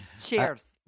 Cheers